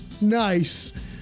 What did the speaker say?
Nice